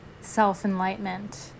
self-enlightenment